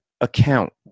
account